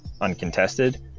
uncontested